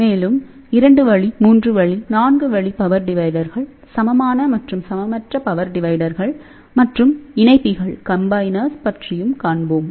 மேலும் 2 வழி 3 வழி 4 வழி பவர் டிவைடர்கள் சமமான மற்றும் சமமற்ற பவர் டிவைடர்கள் மற்றும் இணைப்பிகள் கம்பைனர்ஸ் பற்றியும் காண்போம்